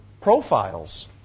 profiles